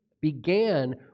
began